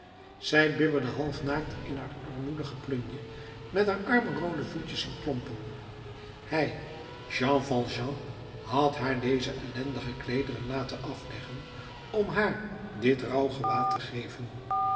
zij bibberde half naakt in haar armoedige plunje met haar arme roode voetjes in klompen hij jean valjean had haar deze ellendige kleederen laten afleggen om haar dit rouwgewaad te geven